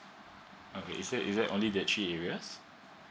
okay so is that is that only that three areas